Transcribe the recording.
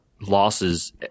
losses